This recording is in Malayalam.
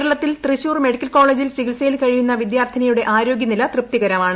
കേരളത്തിൽ തൃശൂർ മെഡിക്കൽകോളേജിൽ ചികിത്സയിൽ കഴിയുന്ന വിദ്യാർത്ഥിനിയുടെ ആരോഗ്യനില തൃപ്തികരമാണ്